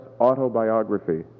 autobiography